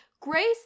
Grace